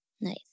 Nice